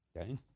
Okay